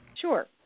Sure